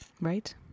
right